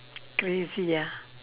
crazy ah